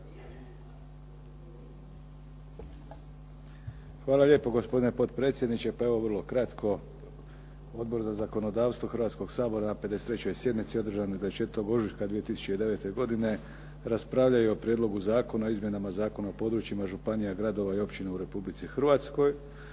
Hvala lijepo, gospodine potpredsjedniče. Pa evo vrlo kratko. Odbor za zakonodavstvo Hrvatskog sabora na 53. sjednici održanoj 24. ožujka 2009. godine raspravljao je o Prijedlogu zakona o izmjenama Zakona o područjima županija, gradova i općina u Republici Hrvatskoj